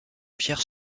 pierre